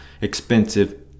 expensive